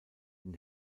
den